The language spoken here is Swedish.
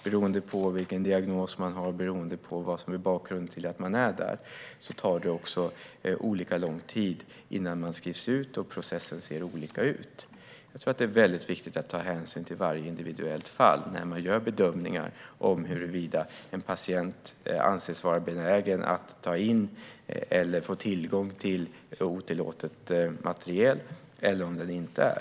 Beroende på vilken diagnos man har och vad som är bakgrunden till att man är där tar det också olika lång tid innan man skrivs ut, och processen ser olika ut. Jag tror att det är väldigt viktigt att man tar hänsyn till varje individuellt fall när man gör bedömningar av huruvida en patient anses vara benägen att ta in eller få tillgång till otillåten materiel eller inte.